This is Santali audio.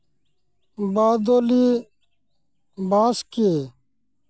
ᱵᱟᱫᱚᱞᱤ ᱵᱟᱥᱠᱮ